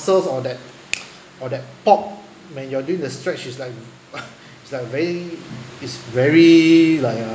muscles or that or that pop when you're doing the stretch it's like uh it's like very it's very like uh